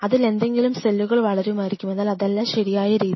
അതിൽ എന്തെങ്കിലും സെല്ലുകൾ വളരുമായിരിക്കും എന്നാൽ അതല്ല ശരിയായ രീതി